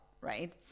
right